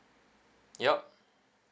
yup